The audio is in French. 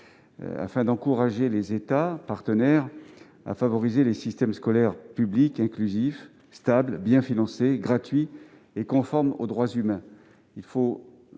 afin d'encourager les États partenaires à favoriser les systèmes scolaires publics, inclusifs, stables, bien financés, gratuits et conformes aux droits humains.